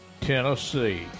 Tennessee